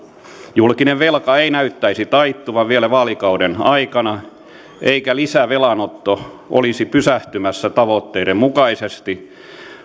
julkinen velka ei näyttäisi taittuvan vielä vaalikauden aikana eikä lisävelanotto olisi pysähtymässä tavoitteiden mukaisesti